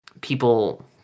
people